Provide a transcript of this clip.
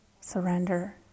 surrender